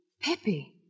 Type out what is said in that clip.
Pepe